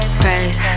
praise